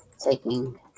taking